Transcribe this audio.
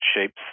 shapes